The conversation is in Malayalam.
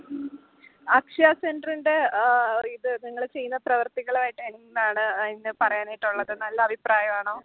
അക്ഷയ സെൻറ്ററിൻ്റെ ഇത് നിങ്ങൾ ചെയ്യുന്ന പ്രവർത്തികളുമായിട്ട് എന്താണ് അതിൻ്റെ പറയാനായിട്ട് ഉള്ളത് നല്ല അഭിപ്രായമാണോ